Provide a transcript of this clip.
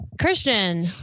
Christian